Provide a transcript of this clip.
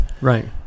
right